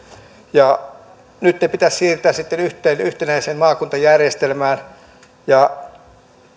ja nyt ne pitäisi siirtää sitten yhteen yhtenäiseen maakuntajärjestelmään